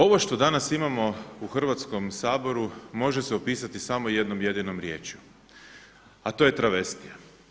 Ovo što danas imamo u Hrvatskom saboru može se opisati samo jednom jedinom riječju, a to je travestija.